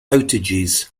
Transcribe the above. outages